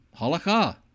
Halakha